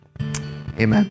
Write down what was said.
amen